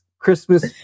Christmas